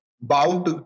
bound